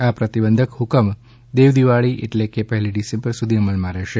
આ પ્રતિબંધક હુકમ દેવ દિવાળી આટલે કે પહેલી ડિસેમ્બર સુધી અમલમાં રહેશે